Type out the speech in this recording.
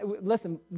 Listen